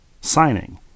signing